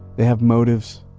they have motives.